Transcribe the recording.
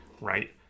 right